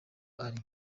ari